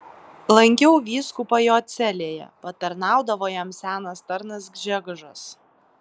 lankiau vyskupą jo celėje patarnaudavo jam senas tarnas gžegožas